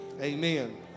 amen